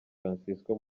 francisco